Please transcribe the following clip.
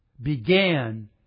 began